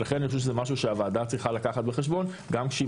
ולכן אני חושב שזה משהו שהוועדה צריכה לקחת בחשבון גם כשהיא